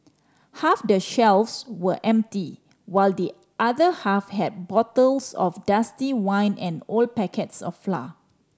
half the shelves were empty while the other half had bottles of dusty wine and old packets of flour